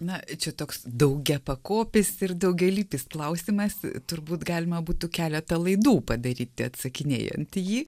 na čia toks daugiapakopis ir daugialypis klausimas turbūt galima būtų keletą laidų padaryti atsakinėjant į jį